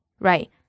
Right